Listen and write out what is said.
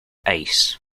ice